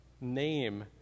name